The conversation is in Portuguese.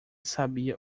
sabia